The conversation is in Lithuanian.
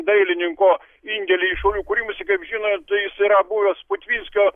dailininko indėlį į šaulių kūrimąsi kaip žinot jis yra buvęs putvinskio